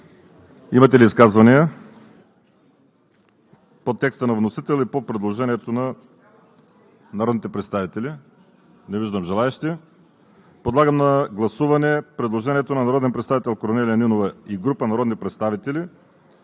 Има ли изказвания по текста на вносителя и по предложението на народните представители? Не виждам. Подлагам на гласуване предложението на народния представител Корнелия Нинова и група народни представители